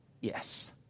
Yes